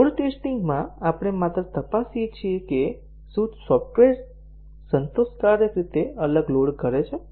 load ટેસ્ટિંગમાં આપણે માત્ર તપાસીએ છીએ કે શું સોફ્ટવેર સંતોષકારક રીતે અલગ લોડ કરે છે